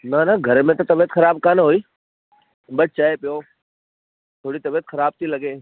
न न घर में त तबियत ख़राबु कोन हुई बसि चए पियो थोरी तबियत ख़राबु थी लॻे